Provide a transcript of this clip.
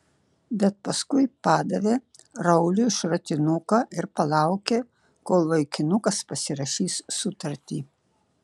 bet paskui padavė rauliui šratinuką ir palaukė kol vaikinukas pasirašys sutartį